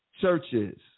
Churches